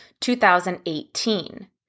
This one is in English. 2018